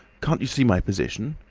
can't you see my position?